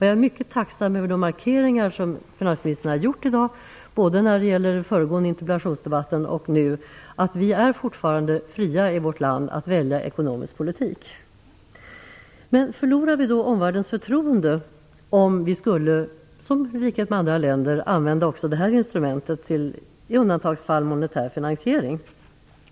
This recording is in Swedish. Jag är mycket tacksam över de markeringar som finansministern har gjort i dag, både i den föregående interpellationsdebatten och nu, om att vi fortfarande är fria att välja ekonomisk politik i vårt land. Förlorar vi omvärldens förtroende om vi i likhet med andra länder i undantagsfall skulle använda också detta instrument för monetär finansiering?